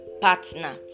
partner